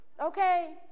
Okay